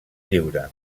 lliure